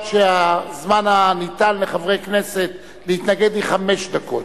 שהזמן הניתן לחברי כנסת להתנגד הוא חמש דקות.